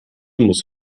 muss